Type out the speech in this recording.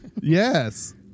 Yes